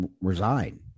resign